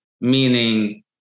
Meaning